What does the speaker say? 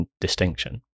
distinction